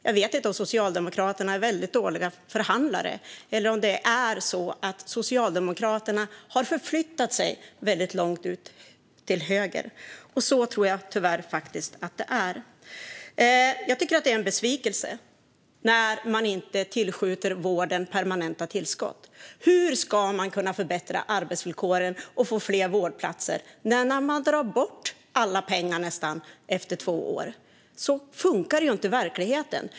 Jag vet inte om Socialdemokraterna är väldigt dåliga förhandlare eller om det är så att Socialdemokraterna har förflyttat sig väldigt långt ut till höger. Så tror jag tyvärr att det är. Jag tycker att det är en besvikelse när man inte ger vården permanenta tillskott. Hur ska man kunna förbättra arbetsvillkoren och få fler vårdplatser när man drar bort nästan alla pengar efter två år? Så funkar det inte i verkligheten.